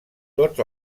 tots